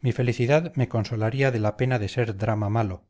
mi felicidad me consolaría de la pena de ser drama malo